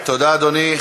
תודה, אדוני.